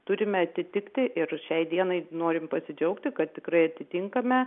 turime atitikti ir šiai dienai norim pasidžiaugti kad tikrai atitinkame